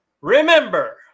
Remember